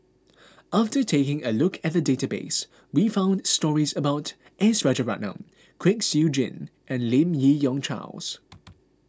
after taking a look at the database we found stories about S Rajaratnam Kwek Siew Jin and Lim Yi Yong Charles